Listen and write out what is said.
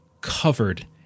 covered